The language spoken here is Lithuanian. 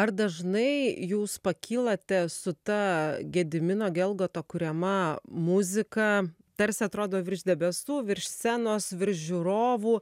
ar dažnai jūs pakylate su ta gedimino gelgoto kuriama muzika tarsi atrodo virš debesų virš scenos virš žiūrovų